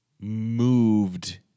moved